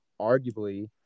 arguably